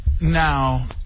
Now